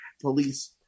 police